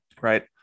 Right